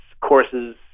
courses